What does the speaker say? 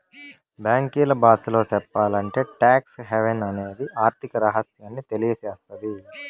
బ్యాంకీల బాసలో సెప్పాలంటే టాక్స్ హావెన్ అనేది ఆర్థిక రహస్యాన్ని తెలియసేత్తది